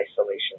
isolation